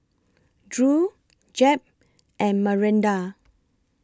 Drew Jep and Maranda